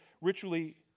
ritually